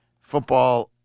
football